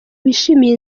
bishimiye